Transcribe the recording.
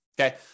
Okay